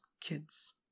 kids